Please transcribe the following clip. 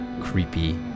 creepy